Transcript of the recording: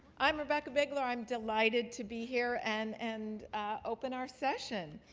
i'm rebecca bigler. i'm delighted to be here and and open our session.